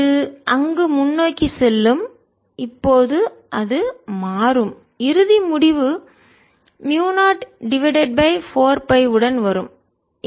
இது அங்கு முன்னோக்கிச் செல்லும் இப்போது அது மாறும் இறுதி முடிவு மியூ0 டிவைடட் பை 4 பை உடன் வரும்